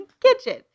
kitchen